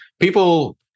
people